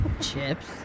Chips